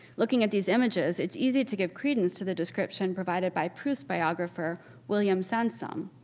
looking at these images, it's easy to give credence to the description provided by proust biographer william sansom.